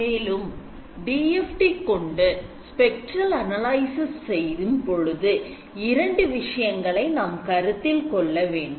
மேலும் DFT கொண்டு spectral analysis செய்யும் பொழுது 2 விஷயங்களை நாம் கருத்தில் கொள்ள வேண்டும்